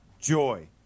joy